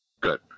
good